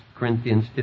Corinthians